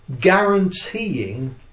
guaranteeing